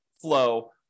flow